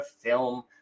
film